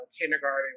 kindergarten